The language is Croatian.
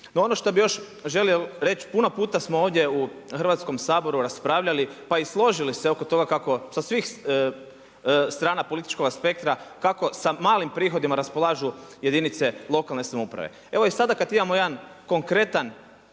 No ono što bi još želio reći, puno puta smo ovdje u Hrvatskom saboru raspravljali pa i složili se oko toga kako sa svih strana političkoga spektra kako sa malim prihodima raspolažu jedinice lokalne samouprave. Evo i sada kada imamo jedan konkretan